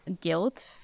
guilt